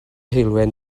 heulwen